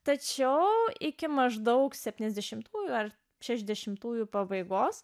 tačiau iki maždaug septyniasdešimtųjų ar šešiasdešimtųjų pabaigos